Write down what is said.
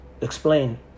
explain